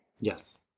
Yes